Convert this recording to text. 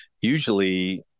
usually